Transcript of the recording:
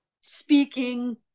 speaking